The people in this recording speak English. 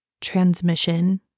transmission